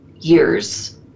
years